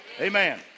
Amen